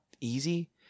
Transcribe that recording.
easy